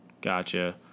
gotcha